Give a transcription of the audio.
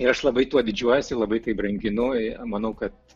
ir aš labai tuo didžiuojuosi labai tai branginu ir manau kad